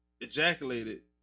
ejaculated